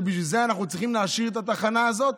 שבשביל זה אנחנו צריכים להשאיר את התחנה הזאת?